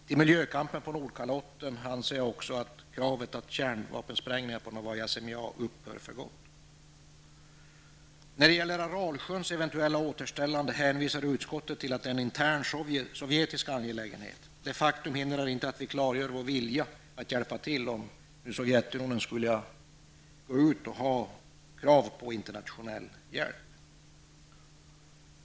Till miljökampen på Nordkalotten räknar jag också kravet på att kärnvapensprängningarna på Novaja Zemlja upphör för gott. När det gäller Aralsjöns eventuella återställande hänvisar utskottet till att det är en intern sovjetisk angelägenhet. Detta faktum hindrar inte att vi klargör vår vilja att hjälpa till om Sovjetunionen skulle gå ut med krav på internationell hjälp.